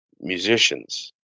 musicians